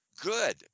Good